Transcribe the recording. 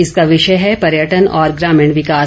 इसका विषय है पर्यटन और ग्रामीण विकास